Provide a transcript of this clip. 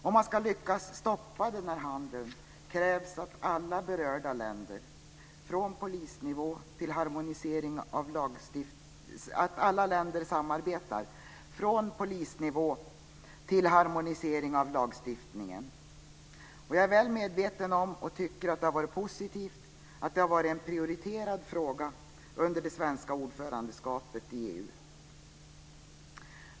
Om man ska lyckas stoppa den här handeln krävs att alla berörda länder samarbetar, från polisnivå till harmonisering av lagstiftningen. Jag är väl medveten om och tycker att det har varit positivt att det var en prioriterad fråga under det svenska ordförandeskapet i EU.